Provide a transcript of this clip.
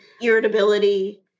irritability